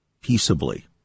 peaceably